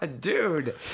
Dude